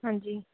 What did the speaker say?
ਹਾਂਜੀ